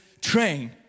train